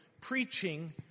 preaching